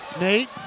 Nate